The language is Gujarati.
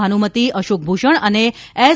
ભાનુમતિ અશોક ભૂષણ અને એસ